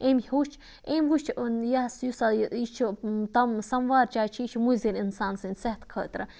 أمۍ ہیوٚچھ أمۍ وٕچھ یہِ چھ سَموار چاے چھِ یہِ چھِ مُضِر اِنسان سٕنٛدِ صحتہٕ خٲطرٕ